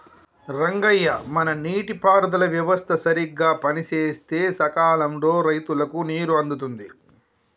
రంగయ్య మన నీటి పారుదల వ్యవస్థ సరిగ్గా పనిసేస్తే సకాలంలో రైతులకు నీరు అందుతుంది